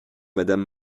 madame